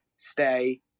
Stay